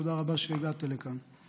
תודה רבה שהגעת לכאן.